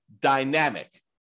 dynamic